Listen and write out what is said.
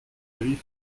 avis